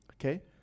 Okay